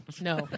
No